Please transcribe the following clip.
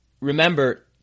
remember